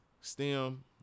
STEM